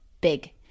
big